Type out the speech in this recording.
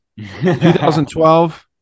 2012